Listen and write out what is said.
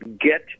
get